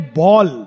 ball